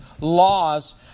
laws